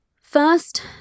First